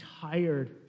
tired